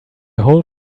whole